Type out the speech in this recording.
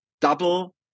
double